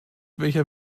welcher